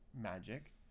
magic